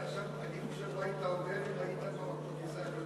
אני חושב מה היית אומר אם היית בכיסא הקודם.